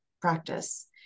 practice